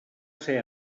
ser